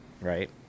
right